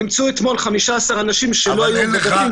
נמצאו אתמול 15 אנשים שלא היו בבתים,